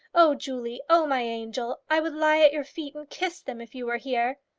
oh, julie, oh, my angel i would lie at your feet and kiss them if you were here.